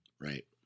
Right